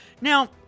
Now